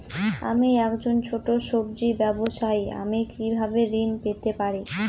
আমি একজন ছোট সব্জি ব্যবসায়ী আমি কিভাবে ঋণ পেতে পারি?